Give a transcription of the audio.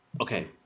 Okay